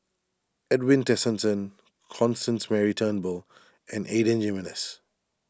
Edwin Tessensohn Constance Mary Turnbull and Adan Jimenez